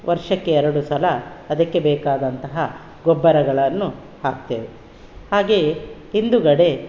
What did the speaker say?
ವರ್ಷಕ್ಕೆ ಎರಡು ಸಲ ಅದಕ್ಕೆ ಬೇಕಾದಂತಹ ಗೊಬ್ಬರಗಳನ್ನು ಹಾಕ್ತೇವೆ ಹಾಗೆಯೇ ಹಿಂದುಗಡೆ